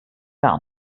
gar